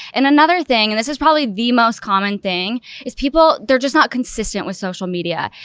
and another thing, and this is probably the most common thing is people, they're just not consistent with social media.